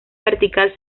vertical